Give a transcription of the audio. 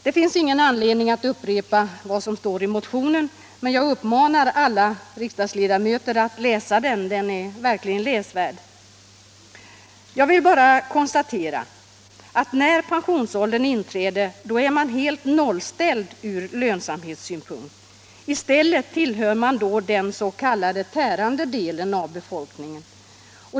Det finns ingen anledning att upprepa vad som står i motionen, men jag uppmanar alla riksdagsledamöter att läsa den. Den är verkligen läsvärd. Jag vill bara konstatera att när pensionsåldern inträder, då är man helt nollställd från lönsamhetssynpunkt. I stället tillhör man då den s.k. tärande delen av befolkningen.